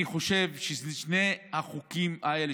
אני חושב ששני החוקים האלה,